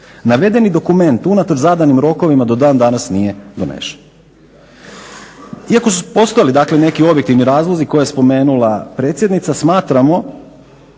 Navedeni dokument, unatoč zadanim rokovima, do dan danas nije donesen. Iako su postojali, dakle, neki objektivni razlozi koje je spomenula predsjednica, smatramo